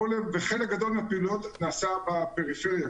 חלק גדול מהפעילויות נעשה בפריפריה,